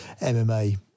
MMA